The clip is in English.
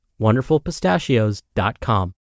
WonderfulPistachios.com